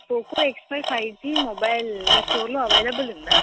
Poco X Pro five G mobile మీ స్టోర్లో available ఉందా